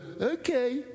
okay